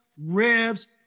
ribs